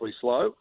slow